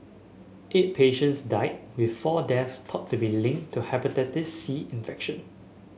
eight patients died with four deaths thought to be linked to the Hepatitis C infection